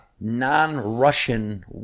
non-Russian